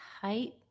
Height